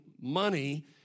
money